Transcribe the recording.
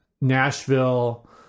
Nashville